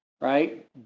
Right